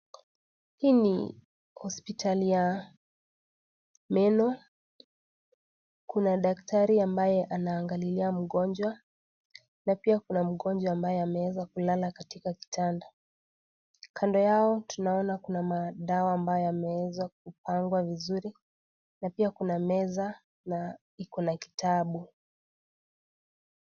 Hii ni hospitali ya meno kuna daktari ambaye anaangalilia mgonjwa, na pia kuna mgonjwa ambaye ameweza kulala katika kitanda kando yao tunaona kuna madawa ambayo yameweza kupangwa vizuri na pia kuna meza iko na kitabu.